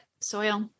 Soil